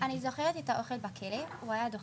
אני זוכרת את האוכל בכלא, הוא היה דוחה.